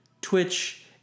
Twitch